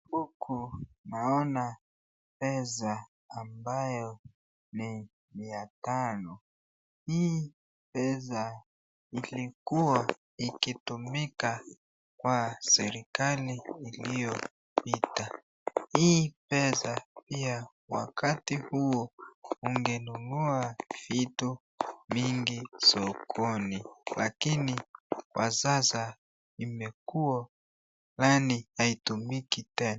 Huku naona pesa ambayo ni mia tano. Hii pesa ilikua ikitumika kwa serikali ya iliyopita, hii pesa ya wakati huo ingenunua vitu mingi sokoni lakini kwa sasa imekua haitumiki tena.